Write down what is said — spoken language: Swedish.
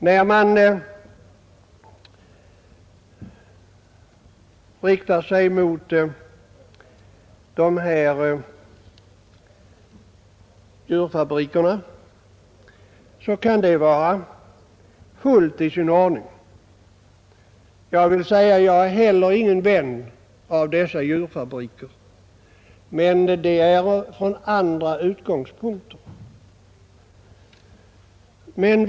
När man riktar sig mot djurfabrikerna, kan det vara fullt i sin ordning. Jag är heller ingen vän av djurfabrikerna, men mina utgångspunkter är andra än herrarnas.